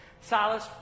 Silas